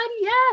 yes